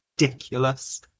ridiculous